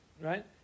right